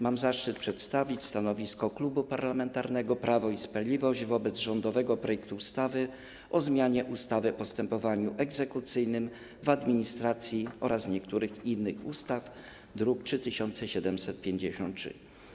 Mam zaszczyt przedstawić stanowisko Klubu Parlamentarnego Prawo i Sprawiedliwość wobec rządowego projektu ustawy o zmianie ustawy o postępowaniu egzekucyjnym w administracji oraz niektórych innych ustaw, druk nr 3753.